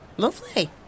Lovely